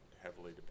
heavily